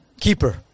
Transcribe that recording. Keeper